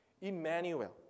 Emmanuel